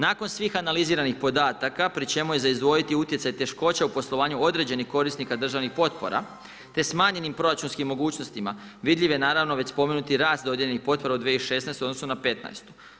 Nakon svih analiziranih podataka pri čemu je za izdvojiti utjecaj teškoća u poslovanju određenih korisnika državnih potpora te smanjenim proračunskim mogućnosti vidljiv je već spomenuti rast dodijeljenih potpora u 2016. u odnosu na 2015.